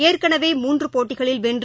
ஏற்கனவே மூன்றுபோட்டிகளில் வென்று